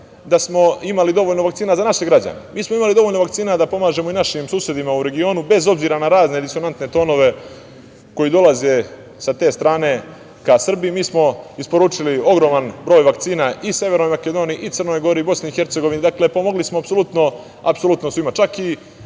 da smo imali dovoljno vakcina za naše građane, mi smo imali dovoljno vakcina da pomažemo i našim susedima u regionu bez obzira na razne disonantne tonove koji dolaze sa te strane ka Srbiji. Mi smo isporučili ogroman broj vakcina i Severnoj Makedoniji i Crnoj Gori, BiH. Pomogli smo apsolutno svima. Čak i